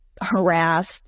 harassed